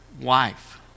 wife